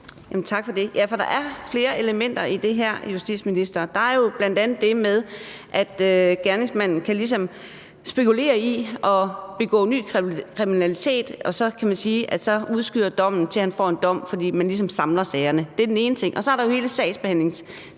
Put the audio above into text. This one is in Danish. der er flere elementer i det her, vil jeg sige til justitsministeren. Det er jo bl.a. det med, at gerningsmanden ligesom kan spekulere i at begå ny kriminalitet og så, kan man sige, udskydes dommen, til han får en dom, fordi man ligesom samler sagerne. Det er den ene ting. Og så er der jo hele sagsbehandlingstiden